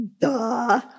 duh